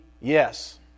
Yes